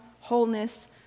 wholeness